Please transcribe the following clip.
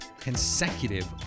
consecutive